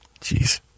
Jeez